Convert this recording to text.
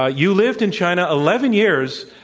ah you lived in china eleven years.